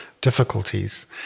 difficulties